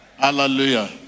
Hallelujah